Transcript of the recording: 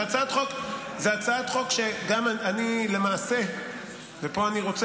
זו הצעת חוק שגם אני, למעשה, קיבלתי